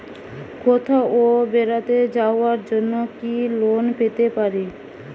কোথাও বেড়াতে যাওয়ার জন্য কি লোন পেতে পারি?